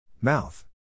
Mouth